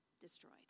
destroyed